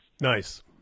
Nice